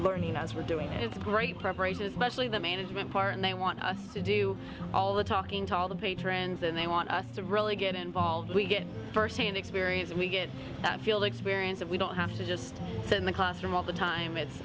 learning as we're doing it's great preparation especially the management part and they want us to do all the talking to all the patrons and they want us to really get involved get firsthand experience and we get that feel the experience of we don't have to just sit in the classroom all the time it's